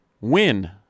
win